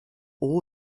all